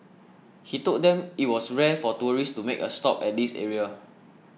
he told them it was rare for tourists to make a stop at this area